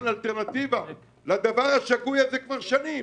אלטרנטיבה לדבר השגוי הזה שמתנהל כבר שנים?